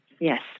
Yes